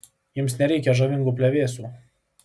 jums nereikia žavingų plevėsų